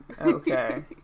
Okay